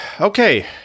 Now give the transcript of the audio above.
Okay